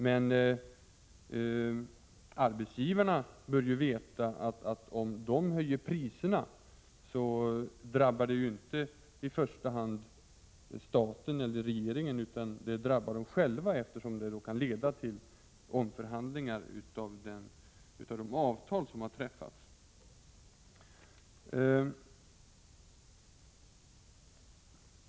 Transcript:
Men arbetsgivarna bör ju veta att om de höjer priserna drabbar det inte i första hand staten eller regeringen, utan det drabbar dem själva, eftersom det kan leda till omförhandlingar av de avtal som har träffats.